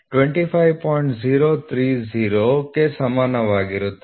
030 ಕ್ಕೆ ಸಮಾನವಾಗಿರುತ್ತದೆ